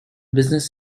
business